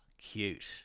cute